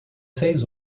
seis